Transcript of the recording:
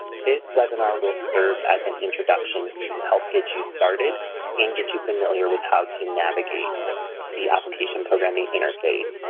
this webinar will serve as an introduction to help get you started and get you familiar with how to navigate the application programming interface.